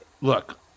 Look